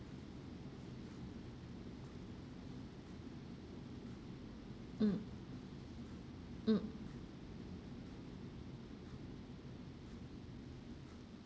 mm mm